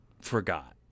forgot